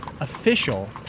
official